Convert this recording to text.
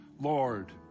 Lord